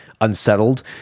unsettled